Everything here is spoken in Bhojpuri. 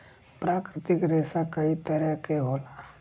प्राकृतिक रेसा कई तरे क होला